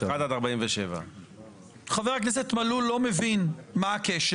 אנחנו מצביעים על 41 עד 47. חבר הכנסת מלול לא מבין מה הקשר.